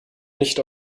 nicht